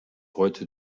heute